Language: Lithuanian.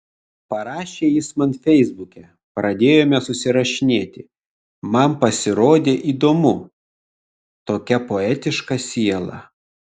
parašė jis man feisbuke pradėjome susirašinėti man pasirodė įdomu tokia poetiška siela